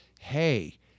hey